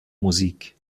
musik